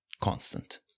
Constant